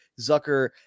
Zucker